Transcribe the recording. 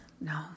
no